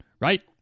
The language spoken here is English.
right